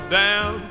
down